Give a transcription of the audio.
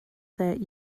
that